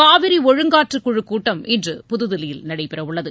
காவிரி ஒழுங்காற்றுக்குழு கூட்டம் இன்று புதுதில்லியில் நடைபெறவுள்ளது